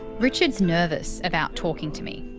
richard's nervous about talking to me,